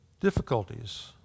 difficulties